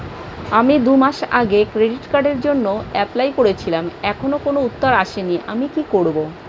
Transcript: আমি দুমাস আগে ক্রেডিট কার্ডের জন্যে এপ্লাই করেছিলাম এখনো কোনো উত্তর আসেনি আমি কি করব?